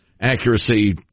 accuracy